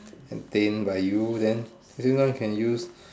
entertain by you then everyone can use